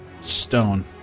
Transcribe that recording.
stone